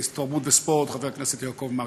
התרבות והספורט חבר הכנסת יעקב מרגי.